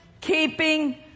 keeping